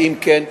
ואם כן,